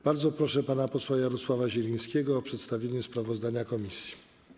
Bardzo proszę pana posła Jarosława Zielińskiego o przedstawienie sprawozdania komisji.